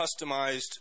customized